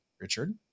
Richard